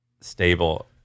stable